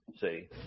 see